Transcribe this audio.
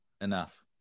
Enough